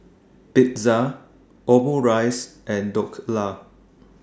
Pizza Omurice and Dhokla